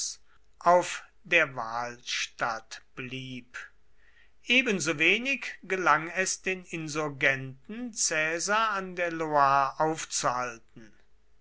auf der walstatt blieb ebensowenig gelang es den insurgenten caesar an der loire aufzuhalten